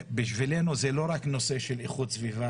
בשבילנו זה לא רק נושא של איכות סביבה